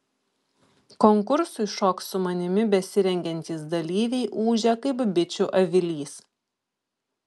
konkursui šok su manimi besirengiantys dalyviai ūžia kaip bičių avilys